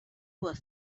were